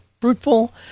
fruitful